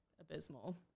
abysmal